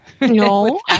No